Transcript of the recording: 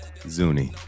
Zuni